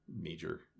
major